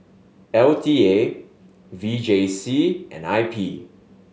L T A V J C and I P